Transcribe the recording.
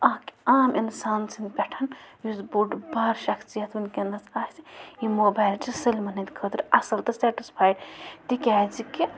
اَکھ عام اِنسان سٕنٛدۍ پٮ۪ٹھ یُس بوٚڑ بار شخصیَت وٕنکٮ۪نَس آسہِ یِم موبایِل چھِ سٲلمَن ہٕنٛدۍ خٲطرٕ اَصٕل تہٕ سٮ۪ٹٕسفاے تِکیٛازِ کہِ